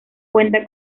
cuenta